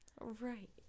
Right